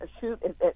shoot